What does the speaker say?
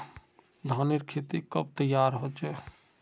धानेर खेती कब तैयार होचे?